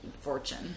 fortune